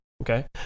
Okay